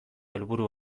helburu